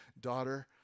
daughter